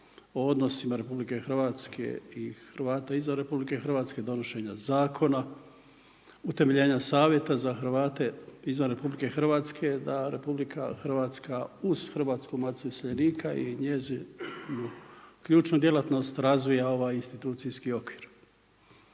o odnosima Republike Hrvatske i Hrvata izvan Republike Hrvatske donošenja zakona, utemeljenja Savjeta za Hrvate izvan Republike Hrvatske da Republika Hrvatska uz Hrvatsku maticu iseljenika i njezinu ključnu djelatnost razvija ovaj institucijski okvir.